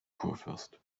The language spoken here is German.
kurfürst